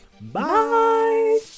bye